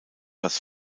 das